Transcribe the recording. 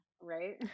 right